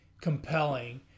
compelling